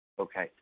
Okay